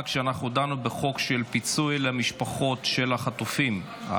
כשאנחנו דנו בחוק פיצוי למשפחות של החטופים.